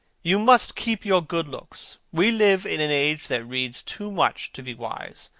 you must keep your good looks. we live in an age that reads too much to be wise,